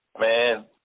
Man